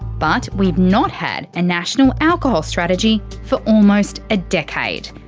but, we've not had a national alcohol strategy for almost a decade.